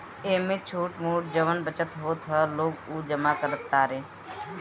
एमे छोट मोट जवन बचत होत ह लोग उ जमा करत तारे